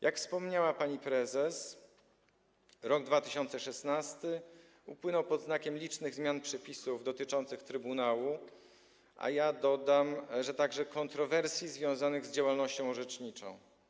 Jak pani prezes wspomniała, rok 2016 upłynął pod znakiem licznych zmian przepisów dotyczących trybunału, a ja dodam, że także kontrowersji związanych z działalnością orzeczniczą.